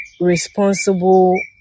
responsible